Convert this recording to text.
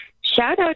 shout-out